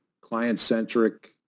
client-centric